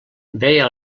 veia